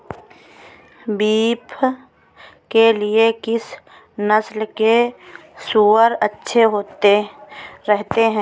Beef के लिए किस नस्ल के सूअर अच्छे रहते हैं?